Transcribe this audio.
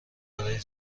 برای